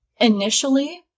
initially